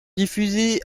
diffusés